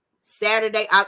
Saturday